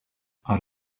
out